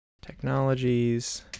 technologies